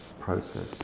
process